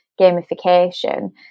gamification